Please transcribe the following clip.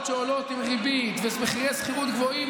שעולות עם ריבית ומחירי שכירות גבוהים,